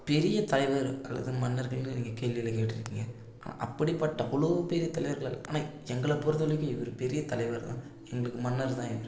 பெரிய தலைவர் அல்லது மன்னர்கள்ன்னு நீங்கள் கேள்வியில் கேட்டு இருக்கீங்க ஆனால் அப்படிப்பட்ட அவ்வளோ பெரிய தலைவர்களாக இல்லை ஆனால் எங்களை பொறுத்த வரைக்கும் இவரு பெரிய தலைவர் தான் எங்களுக்கு மன்னர் தான் இவர்